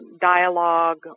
dialogue